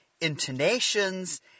intonations